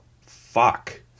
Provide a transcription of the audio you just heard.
Fuck